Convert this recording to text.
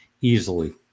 easily